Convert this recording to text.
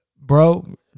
bro